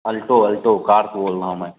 Alto Alto car को बोल रहा हूँ मैं